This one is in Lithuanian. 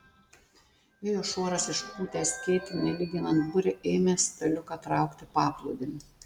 vėjo šuoras išpūtęs skėtį nelyginant burę ėmė staliuką traukti paplūdimiu